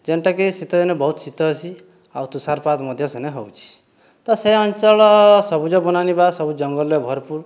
ଯେନ୍ଟାକି ଶୀତ ଦିନେ ବହୁତ ଶୀତ ହେସି ଆଉ ତୁଷାରପାତ ମଧ୍ୟ ସେନେ ହେଉଛି ତ ସେ ଅଞ୍ଚଳ ସବୁଜ ବନାନୀ ବା ସବୁ ଜଙ୍ଗଲରେ ଭରପୁର